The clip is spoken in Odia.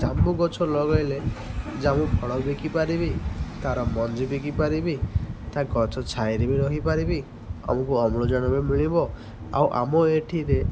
ଜାମୁ ଗଛ ଲଗାଇଲେ ଜାମୁ ଫଳ ବିକିପାରିବି ତା'ର ମଞ୍ଜି ବିକି ପାରିବି ତା ଗଛ ଛାଇରେ ବି ରହିପାରିବି ଆମକୁ ଅମ୍ଳଜାନ ବି ମିଳିବ ଆଉ ଆମ ଏଠିରେ